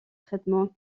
traitement